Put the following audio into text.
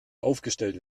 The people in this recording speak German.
aufgestellt